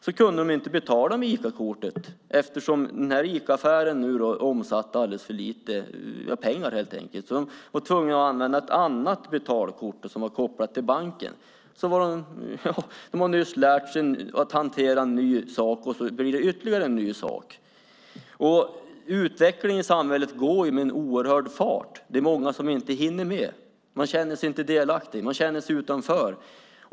Då kunde de inte betala med Icakortet, eftersom Icaaffären omsatte för lite pengar. De var tvungna att använda ett annat betalkort som var kopplat till banken. De har nyss lärt sig att hantera en ny sak, och så blir det ytterligare en ny sak. Utvecklingen i samhället går med en oerhörd fart. Det är många som inte hänger med. De känner sig utanför.